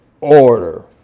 order